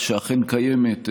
שאכן קיימת,